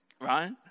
Right